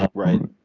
um right.